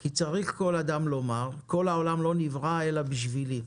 "כי צריך כל אדם לומר: כל העולם לא נברא אלא בשבילי".